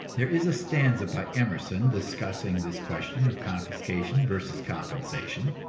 there is a stanza by emerson discussing this question of confiscation versus compensation